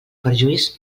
perjuís